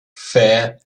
fair